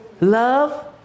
Love